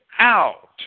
out